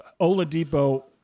Oladipo